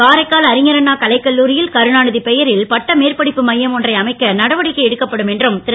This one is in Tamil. காரைக்கால் அறிஞர் அண்ணா கலைக்கல்லூரி ல் கருணா பெயரில் பட்ட மேற்படிப்பு மையம் ஒன்றை அமைக்க நடவடிக்கை எடுக்கப்படும் என்றும் ரு